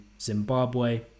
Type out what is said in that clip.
Zimbabwe